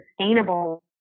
sustainable